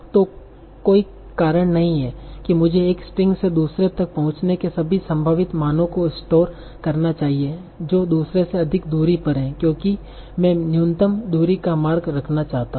तो कोई कारण नहीं है कि मुझे एक स्ट्रिंग से दूसरे तक पहुंचने के सभी संभावित मानो को स्टोर करना चाहिए जो दुसरे से अधिक दूरी पर है क्योंकि मैं न्यूनतम दूरी का मार्ग रखना चाहता हूं